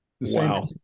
Wow